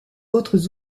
autres